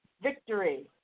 victory